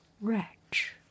wretch